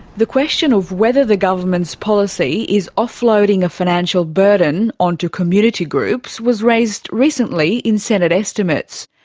the question of whether the government's policy is offloading a financial burden onto community groups was raised recently in senate estimates.